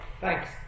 Thanks